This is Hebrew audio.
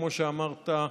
כמו שאמרת,